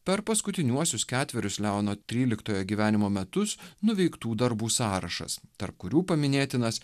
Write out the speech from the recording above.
per paskutiniuosius ketverius leono tryliktojo gyvenimo metus nuveiktų darbų sąrašas tarp kurių paminėtinas